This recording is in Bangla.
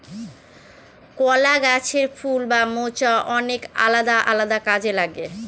কলা গাছের ফুল বা মোচা অনেক আলাদা আলাদা কাজে লাগে